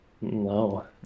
No